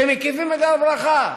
שמקיפים את הר ברכה?